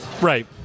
Right